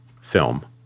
film